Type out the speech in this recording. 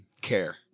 care